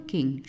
King